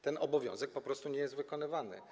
Ten obowiązek po prostu nie jest wykonywany.